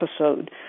episode